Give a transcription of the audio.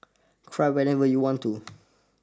cry whenever you want to